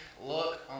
Look